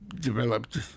developed